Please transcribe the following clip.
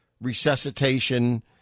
resuscitation